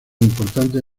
importantes